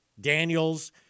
Daniels